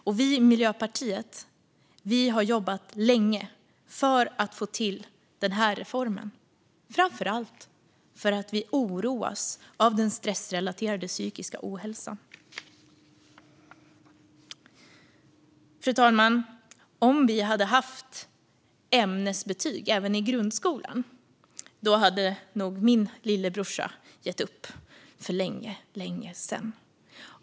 Vi i Miljöpartiet har jobbat länge för att få till reformen, framför allt för att vi oroas av den stressrelaterade psykiska ohälsan. Fru talman! Om det hade funnits ämnesbetyg även i grundskolan hade nog min lillebror gett upp för länge sedan.